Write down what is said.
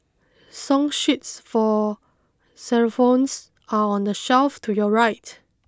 song sheets for xylophones are on the shelf to your right